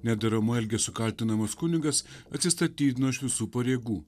nederamu elgesiu kaltinamas kunigas atsistatydino iš visų pareigų